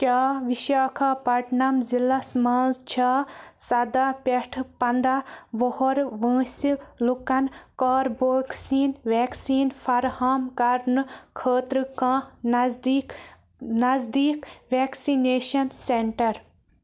کیٛاہ وِشاکھاپٹنَم ضلعس مَنٛز چھا سداہ پٮ۪ٹھٕ پَنٛداہ وُہُر وٲنٛسہِ لوٗکَن کاربو ویکسیٖن ویکسیٖن فراہم کَرنہٕ خٲطرٕ کانٛہہ نٔزدیٖک نٔزدیٖک ویکسِنیٚشن سینٛٹر